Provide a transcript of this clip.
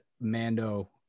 Mando